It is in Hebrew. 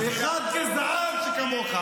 אתם נראים כמוה.